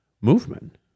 movement